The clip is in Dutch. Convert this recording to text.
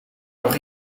nog